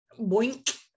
boink